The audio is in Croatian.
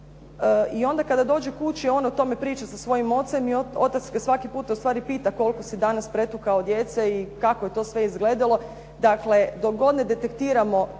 I onda kada dođe kući on o tome priča sa svojim ocem i otac ga svaki puta ustvari pita koliko si danas pretukao djece i kako je to sve izgledalo. Dakle, dok god ne detektiramo